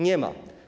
Nie ma.